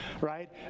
right